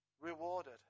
rewarded